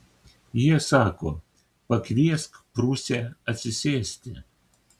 jie sako pakviesk prūsę atsisėsti